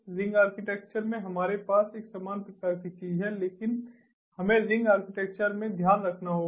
ring architecture में हमारे पास एक समान प्रकार की चीज है लेकिन हमें रिंग आर्किटेक्चर में ध्यान रखना होगा